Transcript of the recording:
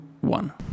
one